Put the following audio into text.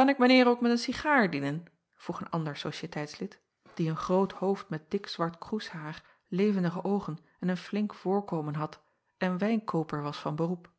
an ik mijn eer ook met een cigaar dienen vroeg een ander ociëteitslid die een groot hoofd met dik zwart kroeshair levendige oogen en een flink voorkomen had en wijnkooper was van beroep